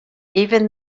even